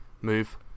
move